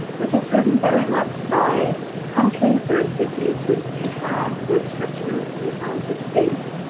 which is driven very much by countries or cities which do have restrictions in terms of space.